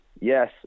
yes